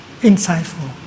insightful